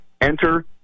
Enter